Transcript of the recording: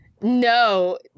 No